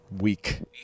week